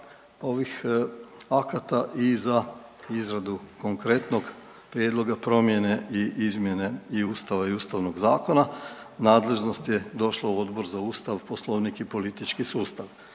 ovih akta i za izradu konkretnog prijedloga promjene i izmjene i Ustava i Ustavnog zakona nadležnost je došla u Odbor za Ustav, Poslovnik i politički sustav.